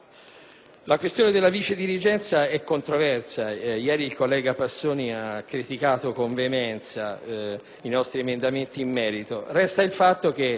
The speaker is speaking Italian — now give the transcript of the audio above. La questione della vicedirigenza è controversa. Ieri il collega Passoni ha criticato con veemenza i nostri emendamenti in merito.